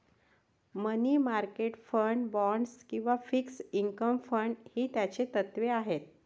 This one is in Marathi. मनी मार्केट फंड, बाँड्स किंवा फिक्स्ड इन्कम फंड ही त्याची तत्त्वे आहेत